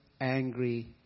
angry